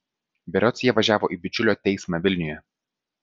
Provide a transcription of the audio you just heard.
berods jie važiavo į bičiulio teismą vilniuje